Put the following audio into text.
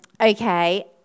Okay